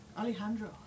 Alejandro